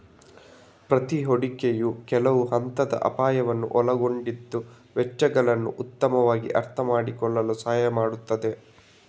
ಪ್ರತಿ ಹೂಡಿಕೆಯು ಕೆಲವು ಹಂತದ ಅಪಾಯವನ್ನ ಒಳಗೊಂಡಿದ್ದು ವೆಚ್ಚಗಳನ್ನ ಉತ್ತಮವಾಗಿ ಅರ್ಥಮಾಡಿಕೊಳ್ಳಲು ಸಹಾಯ ಮಾಡ್ತದೆ